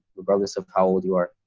regardless of how old you are,